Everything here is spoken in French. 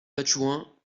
adjoint